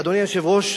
אדוני היושב-ראש,